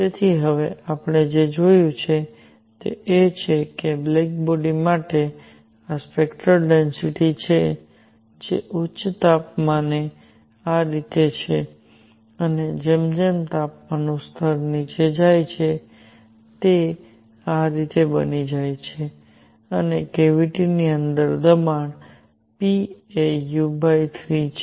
તેથી હવે આપણે જે જોયું છે તે એ છે કે બ્લેક બોડી માટે આ સ્પેક્ટરલ ડેન્સિટિ છે જે ઉચ્ચ તાપમાને આ રીતે છે અને જેમ જેમ તાપમાનનું સ્તર નીચે જાય છે તે આ રીતે બની જાય છે અને કેવીટી ની અંદર દબાણ p એ u3 છે